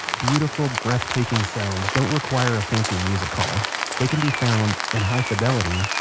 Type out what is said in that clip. beautiful, breath-taking sounds don't require a fancy music hall they can be found, in high fidelity,